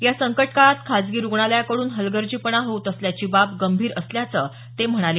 या संकटकाळात खासगी रुग्णालयाकडून हलगर्जीपणा होत असल्याची बाब गंभीर असल्याचं ते म्हणाले